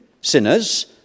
sinners